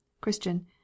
Christian